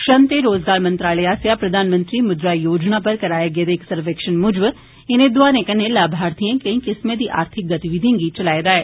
श्रम ते रोज़गार मंत्रालय आस्सेआ प्रघानमंत्री मुद्रा योजना पर कराए गेदे इक सर्वेक्षण मूजब इने दोआरे कन्नै लाभार्थियें केंई किस्में दी आर्थिक गतिविधियें गी चलाए दा ऐ